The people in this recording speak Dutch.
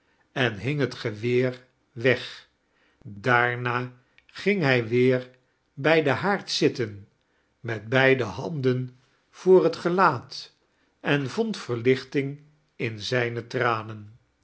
en hing het geweer weg daarna ging hij weer bij den haard zitten met beide handen voor het gelaat en vond verlichting in zijne tranen